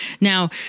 Now